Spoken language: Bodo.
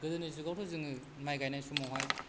गोदोनि जुगावथ' जोङो माइ गायनाय समावहाय